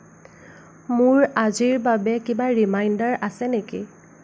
মোৰ আজিৰ বাবে কিবা ৰিমাইণ্ডাৰ আছে নেকি